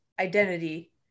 identity